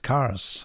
Cars